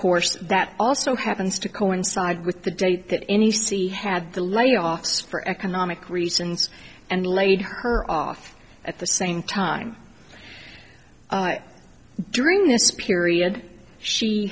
course that also happens to coincide with the date that any city had the layoffs for economic reasons and laid her off at the same time during this period she